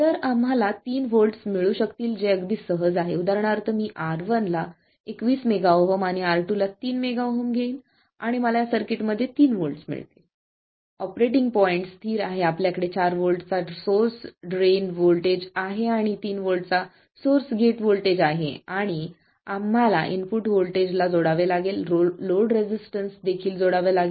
तर आम्हाला 3 व्होल्ट्स मिळू शकतील जे अगदी सहज आहे उदाहरणार्थ मी R1 ला 21 मेगा ओहम आणि R2 ला 3 MΩ घेईल आणि मला या सर्किटमध्ये 3 व्होल्ट मिळेल ऑपरेटिंग पॉईंट स्थिर आहे आपल्याकडे 4 व्होल्टचा सोर्स ड्रेन व्होल्टेज आहे आणि 3 व्होल्टचा सोर्स गेट व्होल्टेज आहे आणि आम्हाला इनपुट व्होल्टेज ला जोडावे लागेल आणि लोड रेझिस्टन्स देखील जोडावे लागेल